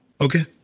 Okay